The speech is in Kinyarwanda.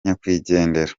nyakwigendera